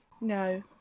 No